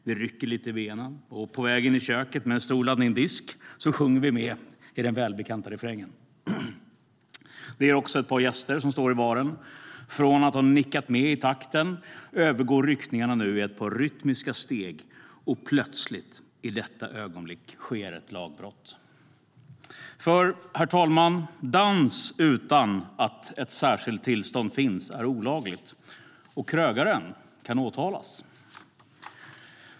Det rycker lite i benen, och på väg in i köket, med en stor laddning disk, sjunger vi med i den välbekanta refrängen. Det gör också ett par gäster som står i baren. De nickar med i takten, och nu övergår ryckningarna i ett par rytmiska steg. Plötsligt, i detta ögonblick, sker ett lagbrott. Herr talman! Dans utan att ett särskilt tillstånd finns är nämligen olagligt. Krögaren kan åtalas.